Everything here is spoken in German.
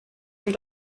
sind